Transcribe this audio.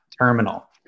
terminal